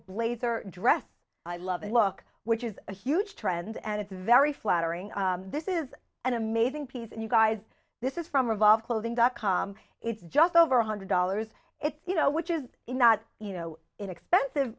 blazer dress i love the look which is a huge trend and it's very flattering this is an amazing piece and you guys this is from revolver clothing dot com it's just over one hundred dollars if you know which is not you know inexpensive